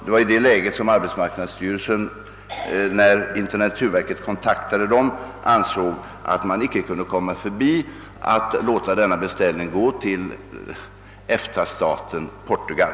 Det var i detta läge som arbetsmarknadsstyrelsen när den kontaktades av försvarets intendenturverk ansåg, att man inte kunde underlåta att placera beställningen i EFTA-staten Portugal.